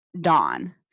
dawn